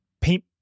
paint